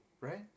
Right